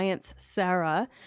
Sarah